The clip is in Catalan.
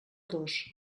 dos